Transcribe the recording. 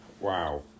Wow